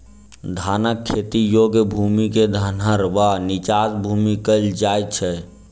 धानक खेती योग्य भूमि क धनहर वा नीचाँस भूमि कहल जाइत अछि